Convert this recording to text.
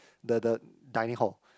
the the dining hall